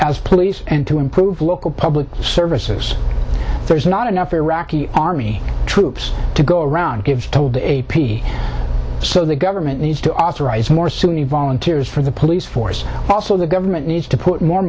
as police and to improve local public services there's not enough iraqi army troops to go around give told a p so the government needs to authorize more sunni volunteers for the police force also the government needs to put more